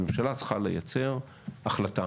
הממשלה צריכה לייצר החלטה,